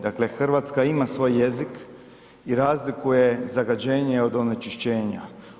Dakle, Hrvatska ima svoj jezik i razlikuje zagađenje od onečišćenja.